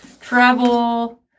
travel